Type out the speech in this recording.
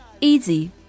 Easy